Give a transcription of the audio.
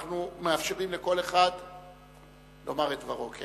אנחנו מאפשרים לכל אחד לומר את דברו.